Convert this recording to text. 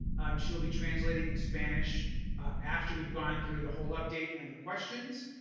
um she'll be translating in spanish after we've gone through the whole update and the questions.